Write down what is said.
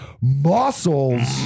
muscles